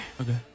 Okay